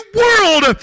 world